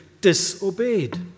disobeyed